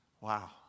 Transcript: Wow